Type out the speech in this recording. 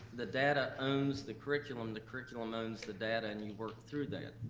the data owns the curriculum, the curriculum owns the data, and you work through that.